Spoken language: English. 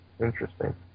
Interesting